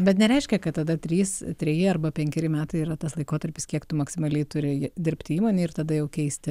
bet nereiškia kad tada trys treji arba penkeri metai yra tas laikotarpis kiek tu maksimaliai turi dirbti įmonėj ir tada jau keisti